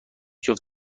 جفت